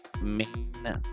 main